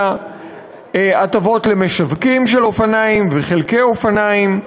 והטבות למשווקים של אופניים וחלקי אופניים.